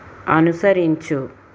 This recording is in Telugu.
అనుసరించు